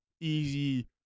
easy